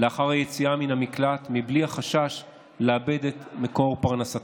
לאחר היציאה מן המקלט מבלי החשש לאבד את מקור פרנסתן.